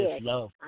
love